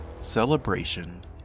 celebration